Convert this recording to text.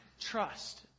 trust